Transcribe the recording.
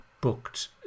booked